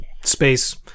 Space